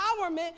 empowerment